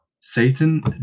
Satan